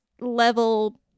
level